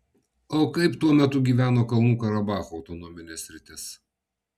o kaip tuo metu gyveno kalnų karabacho autonominė sritis